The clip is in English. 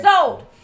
old